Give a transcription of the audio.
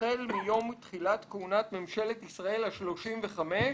"החל מיום תחילת כהונת ממשלת ישראל השלושים וחמש,